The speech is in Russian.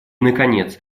наконец